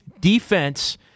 defense